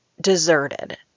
deserted